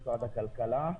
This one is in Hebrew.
משרד הכלכלה.